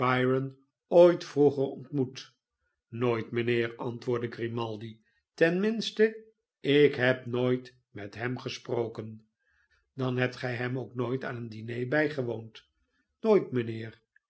ooit vroeger ontmoet nooit mijnheer antwoordde grimaldi ten minste ik heb nooit met hem gesproken dan hebt gij hem ook nooit aan een diner bijgewoond nooit mijnheer